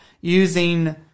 using